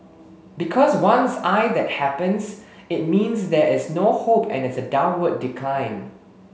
because once I that happens it means there is no hope and it's a downward decline